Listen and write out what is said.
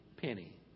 Penny